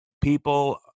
people